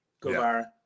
Guevara